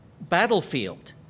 battlefield